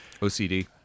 OCD